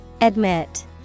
Admit